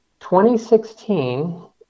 2016